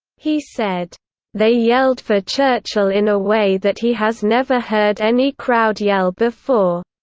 he said they yelled for churchill in a way that he has never heard any crowd yell before.